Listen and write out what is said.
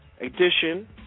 edition